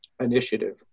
initiative